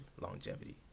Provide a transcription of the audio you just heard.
longevity